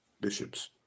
bishops